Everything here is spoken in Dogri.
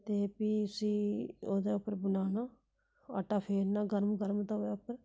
ते फ्ही उसी ओह्दे उप्पर बनाना आटा फेरना गर्म गर्म तवे उप्पर